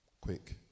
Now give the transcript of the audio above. Quick